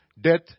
death